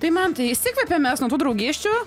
tai mantai išsikvėpėm mes nuo tų draugysčių